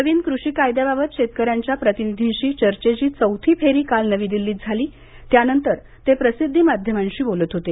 नवीन कृषी कायद्याबाबत शेतकऱ्यांच्या प्रतिनिधींशी चर्चेची चौथी फेरी काल नवी दिल्लीत झाली त्यानंतर ते प्रसिद्धी माध्यमांशी बोलत होते